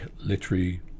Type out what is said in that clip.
literary